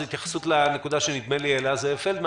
זו התייחסות לנקודה שהעלה זאב פלדמן